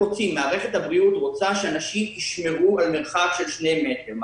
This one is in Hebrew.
מערכת הבריאות רוצה שאנשים ישמרו על מרחק של שני מטרים ביניהם,